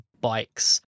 bikes